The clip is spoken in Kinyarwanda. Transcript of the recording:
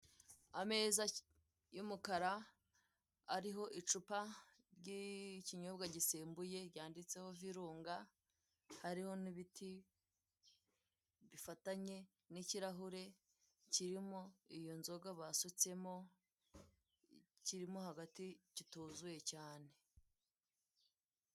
Ameza y'umukara, ariho icupa ry'ikinyobwa gisembuye, ryanditseho virunga, hariho n'ibiti bifatanye, n'ikirahura kirimo iyo nzoga basutsemo, kiromo ahagati, kituzuye cyane.